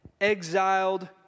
exiled